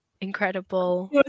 incredible-